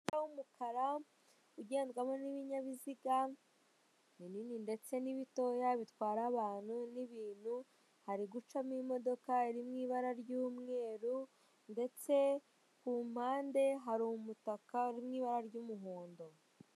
Umuhanda w'umukara ugendwamo n'ibinyabiziga binini ndetse n'ibitoya bitwara abantu n'ibintu, hari gucamo imodoka iri mu ibara ry'umweru ndetse ku mpande hari umutaka uri mu ibara ry'umuhondo.